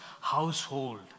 household